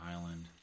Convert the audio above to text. Island